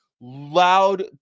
loud